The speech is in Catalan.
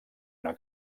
una